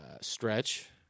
stretch